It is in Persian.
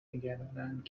نگرانند